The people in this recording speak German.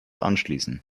anschließen